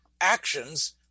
actions